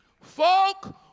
Folk